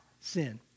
sin